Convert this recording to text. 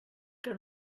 que